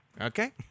Okay